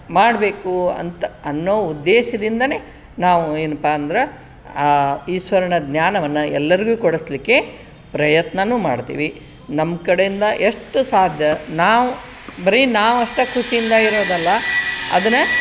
ಮಾಡಬೇಕು ಅಂತ ಅನ್ನೋ ಉದ್ಧೇಶದಿಂದಲೇ ನಾವು ಏನಪ್ಪ ಅಂದ್ರೆ ಆ ಈಶ್ವರನ ಜ್ಞಾನವನ್ನು ಎಲ್ಲರಿಗೂ ಕೊಡಿಸ್ಲಿಕ್ಕೆ ಪ್ರಯತ್ನನೂ ಮಾಡ್ತೀವಿ ನಮ್ಮ ಕಡೆಯಿಂದ ಎಷ್ಟು ಸಾಧ್ಯ ನಾವು ಬರೀ ನಾವಷ್ಟೇ ಖುಷಿಯಿಂದ ಇರೋದಲ್ಲ ಅದನ್ನು